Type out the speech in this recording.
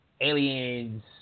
Aliens